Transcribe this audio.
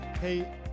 Hey